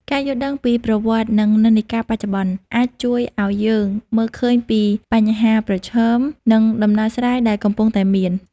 ការយល់ដឹងពីប្រវត្តិ និងនិន្នាការបច្ចុប្បន្ន អាចជួយឱ្យយើងមើលឃើញពីបញ្ហាប្រឈម និងដំណោះស្រាយដែលកំពុងតែមាន។